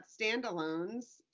standalones